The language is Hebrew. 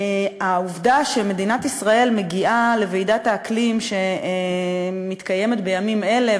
העובדה שמדינת ישראל מגיעה לוועידת האקלים שמתקיימת בימים אלה,